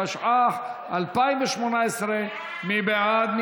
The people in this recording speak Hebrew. התשע"ח 2018. מי בעד?